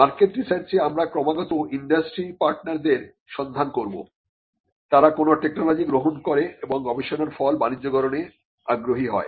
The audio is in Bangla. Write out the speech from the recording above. মার্কেট রিসার্চে আমরা ক্রমাগত ইন্ডাস্ট্রি পার্টনারদের সন্ধানে করব তারা কোন টেকনোলজি গ্রহণ করে এবং গবেষণার ফল বাণিজ্যকরণে আগ্রহী হয়